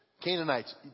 Canaanites